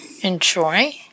enjoy